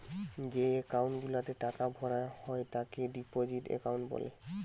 যেই একাউন্ট গুলাতে টাকা ভরা হয় তাকে ডিপোজিট একাউন্ট বলে